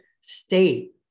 state